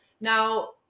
now